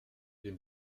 den